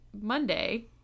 Monday